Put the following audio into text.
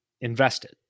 invested